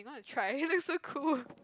so cool